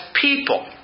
people